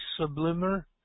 sublimer